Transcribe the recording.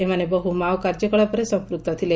ଏମାନେ ବହୁ ମାଓ କାର୍ଯ୍ୟକଳାପରେ ସମ୍ମକ୍ତ ଥିଲେ